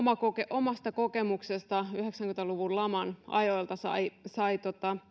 omasta kokemuksesta yhdeksänkymmentä luvun laman ajoilta sai sai